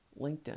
LinkedIn